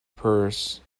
purse